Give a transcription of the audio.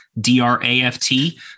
D-R-A-F-T